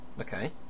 Okay